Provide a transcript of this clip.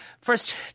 First